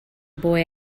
boy